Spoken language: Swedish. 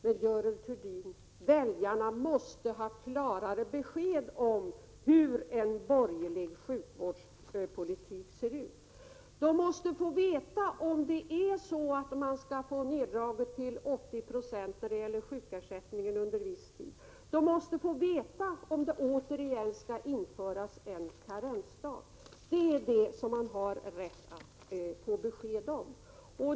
Men, Görel Thurdin, väljarna måste ha ett klarare besked om hur en borgerlig sjukvårdspolitik ser ut. De måste få veta om sjukersättningen skall minskas till 80 96 under en viss tid. De måste få veta om en karensdag återigen skall införas. Detta har väljarna rätt att få besked om.